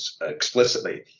explicitly